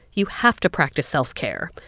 you have to practice self-care.